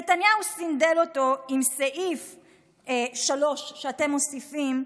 נתניהו סנדל אותו עם סעיף 3, שאתם מוסיפים.